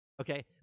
Okay